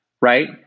right